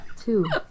Two